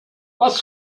was